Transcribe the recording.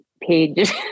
page